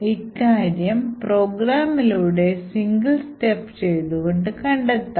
ഇക്കാര്യം programലൂടെ single step ചെയ്തു കണ്ടെത്താം